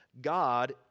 God